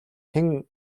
хэн